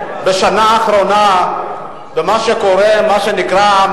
השרה לא נמצאת פה כרגע.